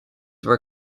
were